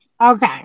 Okay